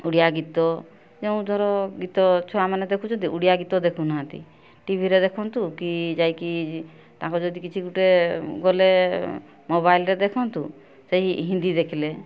ଓଡ଼ିଆ ଗୀତ ଯେଉଁ ଧର ଗୀତ ଛୁଆମାନେ ଦେଖୁଛନ୍ତି ଓଡ଼ିଆ ଗୀତ ଦେଖୁନାହାନ୍ତି ଟିଭିରେ ଦେଖନ୍ତୁ କି ଯାଇକି ତାଙ୍କର ଯଦି କିଛି ଗୋଟିଏ ଗଲେ ମୋବାଇଲ୍ରେ ଦେଖନ୍ତୁ ସେଇ ହିନ୍ଦୀ ଦେଖିଲେ